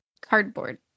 cardboard